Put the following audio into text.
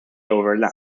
overlap